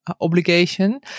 obligation